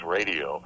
Radio